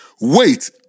Wait